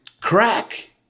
crack